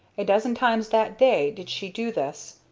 a dozen times that day did she do this,